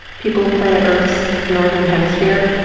people of planet earth's northern hemisphere,